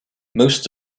most